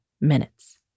minutes